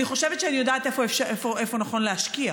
אני חושבת שאני יודעת איפה נכון להשקיע,